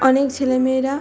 অনেক ছেলেমেয়েরা